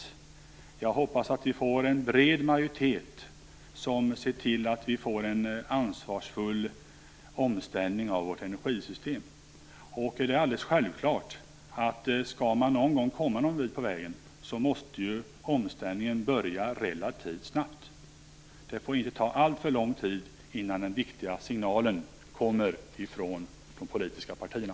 Jag hoppas att en bred majoritet ser till att vi får en ansvarsfull omställning av vårt energisystem. Ska man någon gång komma en bit på vägen är det alldeles självklart att omställningen måste börja relativt snabbt. Det får inte ta alltför lång tid innan den viktiga signalen kommer från de politiska partierna.